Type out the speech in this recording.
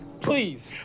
please